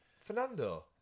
Fernando